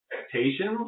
expectations